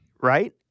Right